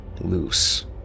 loose